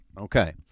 Okay